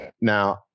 now